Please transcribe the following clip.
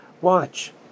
watch